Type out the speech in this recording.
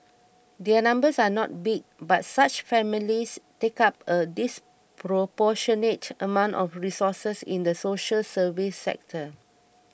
their numbers are not big but such families take up a disproportionate amount of resources in the social service sector